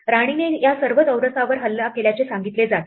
राणीने या सर्व चौरसवर हल्ला केल्याचे सांगितले जाते